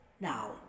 Now